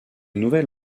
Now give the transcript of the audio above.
nouvel